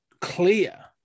clear